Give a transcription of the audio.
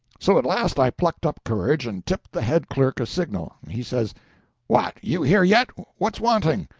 so at last i plucked up courage and tipped the head clerk a signal. he says what! you here yet? what's wanting?